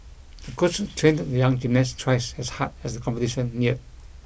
the coach trained the young gymnast twice as hard as the competition neared